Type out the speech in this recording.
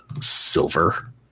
Silver